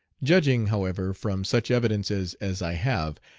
judging, however, from such evidences as i have,